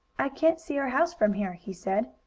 i can't see our house from here, he said,